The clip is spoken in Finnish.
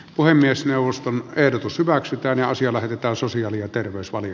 puhemiesneuvoston ehdotus hyväksytään ja asia lähetetään sosiaali vielä läpi